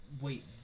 Wait